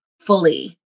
fully